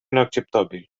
inacceptabil